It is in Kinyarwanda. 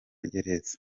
gereza